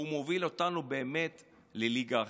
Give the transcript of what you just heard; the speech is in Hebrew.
הוא מוביל אותנו באמת לליגה אחרת,